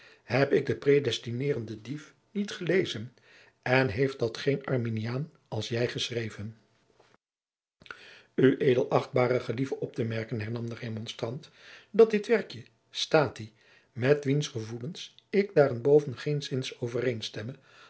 heb ik den gepraedestineerden dief niet gelezen en heeft dat geen arminiaan als jij geschreven ued achtbare gelieve op te merken hernam de remonstrant dat dit werkje statii met wiens gevoelen ik daarenboven geenszins overeenstemme